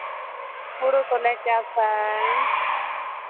ᱦᱩᱲᱩ ᱠᱚᱞᱮ ᱪᱟᱥᱼᱟ